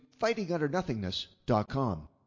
fightingundernothingness.com